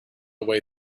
way